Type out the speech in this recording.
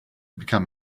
become